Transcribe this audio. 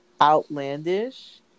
outlandish